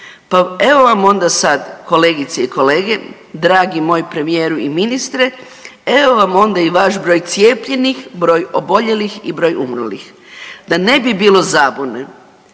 Pa evo vam onda sad kolegice i kolege dragi moj premijeru i ministre evo vam onda i vaš broj cijepljenih, broj oboljelih i broj umrlih. Da ne bi bilo zabune